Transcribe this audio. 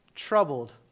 troubled